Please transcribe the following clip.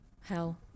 Hell